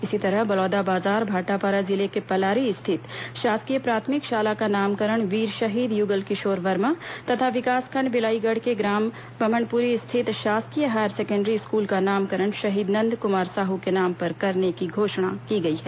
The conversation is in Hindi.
इसी तरह बलौदाबाजार भाटापारा जिले के पलारी स्थित शासकीय प्राथमिक शाला का नामकरण वीर शहीद यूगलकिशोर वर्मा तथा विकासखंड बिलाईगढ़ के ग्राम बम्हणपुरी स्थित शासकीय हायर सेकेण्डरी स्कूल का नामकरण शहीद नंदकुमार साहू के नाम पर करने की घोषणा की गई है